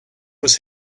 was